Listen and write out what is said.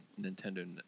Nintendo